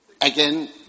again